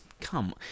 come